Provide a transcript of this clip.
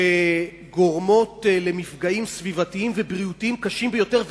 שגורמות למפגעים סביבתיים ובריאותיים קשים ביותר,